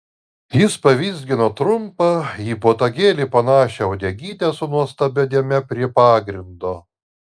jis pavizgino trumpą į botagėlį panašią uodegytę su nuostabia dėme prie pagrindo